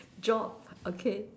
job okay